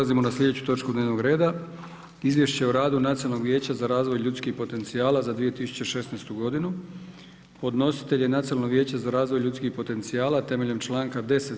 Prelazimo na slijedeću točku dnevnog reda: - Izvješće o radu Nacionalnog vijeća za razvoj ljudskih potencijala za 2016. godinu Podnositelj je Nacionalno vijeće za razvoj ljudskih potencijala temeljem članka 10.